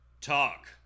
Talk